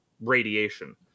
radiation